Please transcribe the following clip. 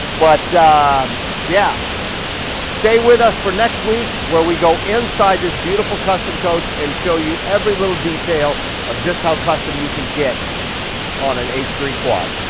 but um yeah stay with us for next week where we go inside this beautiful custom coach and show you every little detail of just how custom you can get on an h three quad.